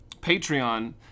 patreon